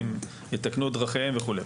אם יתקנו את דרכיהם וכולי.